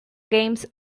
games